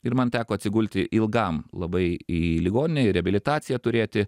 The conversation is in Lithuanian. ir man teko atsigulti ilgam labai į ligoninę ir reabilitaciją turėti